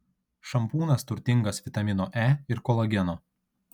šampūnas turtingas vitamino e ir kolageno